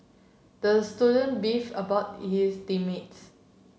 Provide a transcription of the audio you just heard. the student beef about his team mates